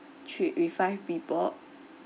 trip with five people